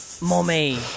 Mommy